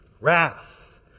wrath